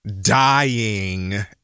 Dying